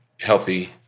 healthy